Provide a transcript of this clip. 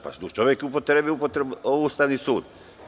Pa, čovek je upotrebio Ustavni sud.